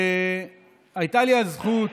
הייתה לי הזכות